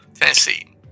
Tennessee